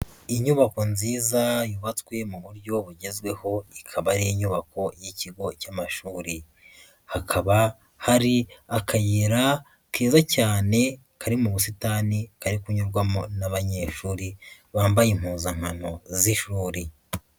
Inyubako nziza yubatswe mu buryo bugezweho, ikaba ari inyubako y'ikigo cy'amashuri. Hakaba hari akayira keza cyane kari mu busitani, kari kunyurwamo n'abanyeshuri bambaye impuzankano z'ishuri.